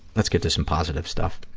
let's get to some positive stuff.